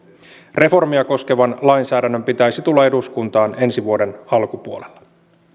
reformia koskevan lainsäädännön pitäisi tulla eduskuntaan ensi vuoden alkupuolella